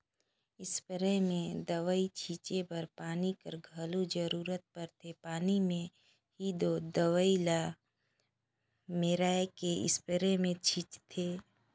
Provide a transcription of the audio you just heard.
sprayer में दवई छींचे बर पानी कर घलो जरूरत परथे पानी में ही दो दवई ल मेराए के इस्परे मे छींचथें